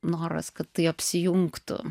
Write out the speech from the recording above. noras kad tai apsijungtų